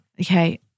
Okay